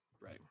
right